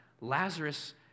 Lazarus